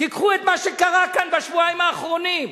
תיקחו את מה שקרה כאן בשבועיים האחרונים,